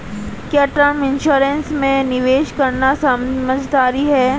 क्या term insurance में निवेश करना समझदारी है?